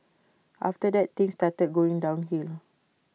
after that things started going downhill